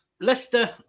Leicester